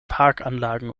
parkanlagen